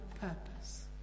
purpose